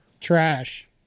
Trash